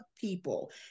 people